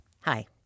Hi